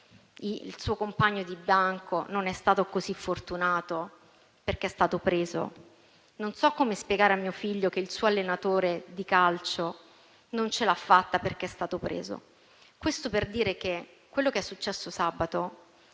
il suo compagno di banco non è stato così fortunato, perché è stato preso, non so come spiegare a mio figlio che il suo allenatore di calcio non ce l'ha fatta, perché è stato preso». Questo per dire che quello che è successo sabato